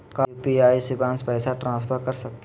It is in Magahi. हम यू.पी.आई शिवांश पैसा ट्रांसफर कर सकते हैं?